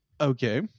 Okay